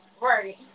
Right